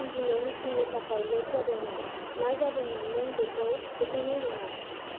आं दिनै मिथिंनि थाखाय लेट जादोंमोन मा जादोंमोन नों बेखौ फोथायनाय नङा